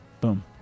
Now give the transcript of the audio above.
Boom